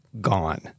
gone